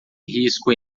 risco